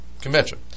convention